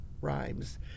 rhymes